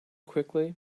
quickly